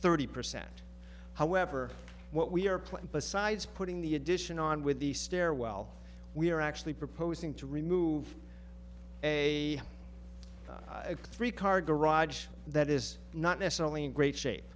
thirty percent however what we are planning besides putting the addition on with the stairwell we are actually proposing to remove a three car garage that is not necessarily in great shape